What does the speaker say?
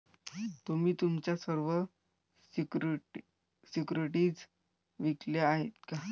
तुम्ही तुमच्या सर्व सिक्युरिटीज विकल्या आहेत का?